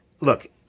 look